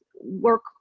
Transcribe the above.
work